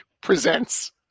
presents